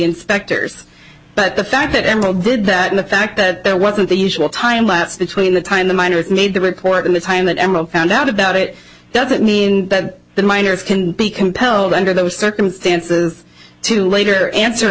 inspectors but the fact that emerald did that in the fact that there wasn't the usual time lapse between the time the miners made the record and the time that emma found out about it doesn't mean that the miners can be compelled under those circumstances to later answer